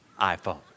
iPhone